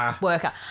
worker